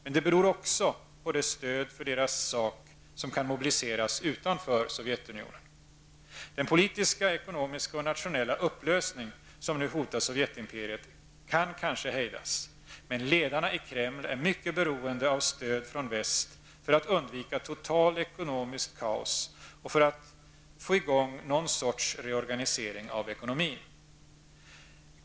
Men det beror också på det stöd för deras sak som kan mobiliseras utanför Sovjetunionen. Den politiska, ekonomiska och nationella upplösning som nu hotar Sovjetimperiet kan kanske hejdas, men ledarna i Kreml är mycket beroende av stöd från väst för att undvika totalt ekonomiskt kaos och för att få i gång någon sorts reorganisering av ekonomin.